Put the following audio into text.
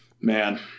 man